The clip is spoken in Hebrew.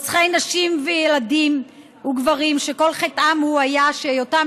רוצחי נשים, ילדים וגברים שכל חטאם היה היותם